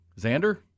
Xander